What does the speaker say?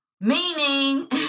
meaning